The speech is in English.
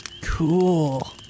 Cool